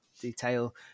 detail